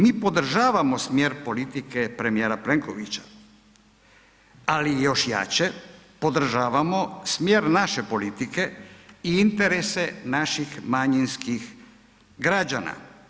Mi podržavamo smjer politike premijera Plenkovića ali još jače podržavamo smjer naše politike i interese naših manjinskih građana.